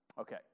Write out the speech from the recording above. Okay